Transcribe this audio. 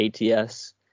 ATS